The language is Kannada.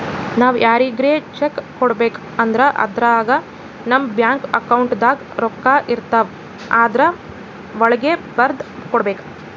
ನಾವ್ ಯಾರಿಗ್ರೆ ಚೆಕ್ಕ್ ಕೊಡ್ಬೇಕ್ ಅಂದ್ರ ಅದ್ರಾಗ ನಮ್ ಬ್ಯಾಂಕ್ ಅಕೌಂಟ್ದಾಗ್ ರೊಕ್ಕಾಇರ್ತವ್ ಆದ್ರ ವಳ್ಗೆ ಬರ್ದ್ ಕೊಡ್ಬೇಕ್